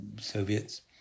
Soviets